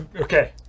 Okay